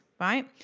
right